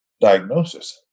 diagnosis